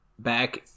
Back